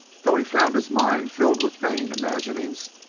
though he found his mind filled with vain imaginings,